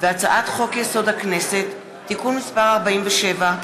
והצעת חוק-יסוד: הכנסת (תיקון מס' 47),